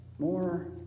More